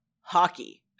Hockey